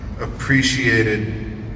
appreciated